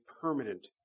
permanent